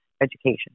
education